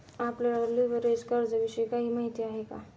आपल्याला लिव्हरेज कर्जाविषयी काही माहिती आहे का?